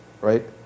right